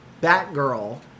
Batgirl